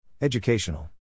Educational